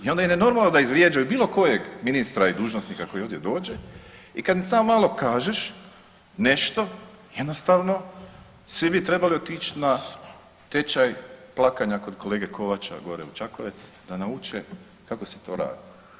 I onda im je normalno da izvrijeđaju bilo kojeg ministra i dužnosnika koji ovdje dođe i kad im samo malo kažeš nešto, jednostavno svi bi trebali otići na tečaj kod kolege Kovača, gore u Čakovec, da nauče kako se to radi.